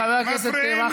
חברי הכנסת מהקואליציה.